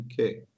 Okay